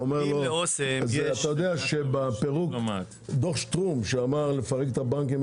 אם ל"אסם" יש --- אתה יודע שדו"ח שטרום אמר שצריך לפרק את הבנקים.